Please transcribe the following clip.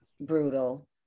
brutal